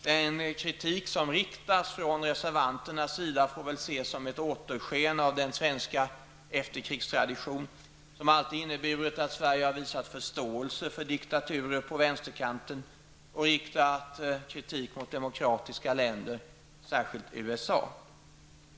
Den kritik som riktats från reservanternas sida får väl ses som ett återsken av den svenska efterkrigstradition som alltid inneburit att Sverige visat förståelse för diktarurer på vänsterkanten och riktat kritik mot demokratiska länder, särskilt USA.